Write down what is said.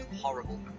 horrible